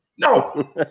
No